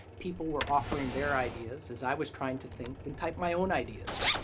people were offering their ideas as i was trying to think and type my own ideas.